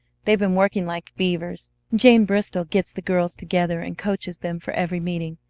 they've been working like beavers. jane bristol gets the girls together, and coaches them for every meeting.